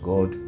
God